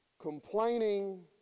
Complaining